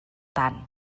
tant